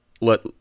let